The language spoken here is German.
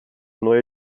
neue